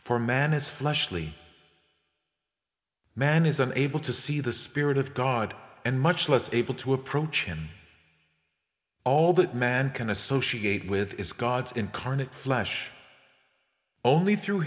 for man is fleshly man is unable to see the spirit of god and much less able to approach him all that man can associate with is god's incarnate flesh only through